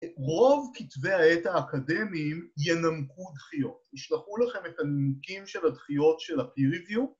רוב כתבי העת האקדמיים ינמקו דחיות, ישלחו לכם את הנימוקים של הדחיות של ה-peer review